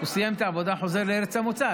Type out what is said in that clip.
הוא סיים את העבודה, חוזר לארץ המוצא.